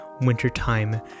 wintertime